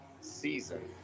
season